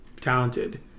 talented